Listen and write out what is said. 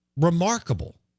remarkable